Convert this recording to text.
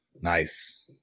Nice